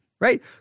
right